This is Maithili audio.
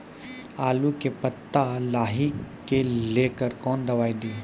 आलू के पत्ता लाही के लेकर कौन दवाई दी?